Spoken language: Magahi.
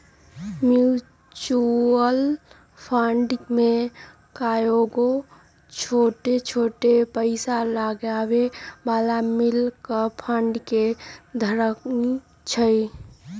म्यूचुअल फंड में कयगो छोट छोट पइसा लगाबे बला मिल कऽ फंड के धरइ छइ